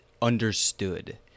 Understood